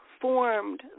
formed